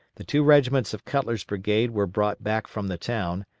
the two regiments of cutler's brigade were brought back from the town,